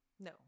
No